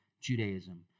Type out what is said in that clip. Judaism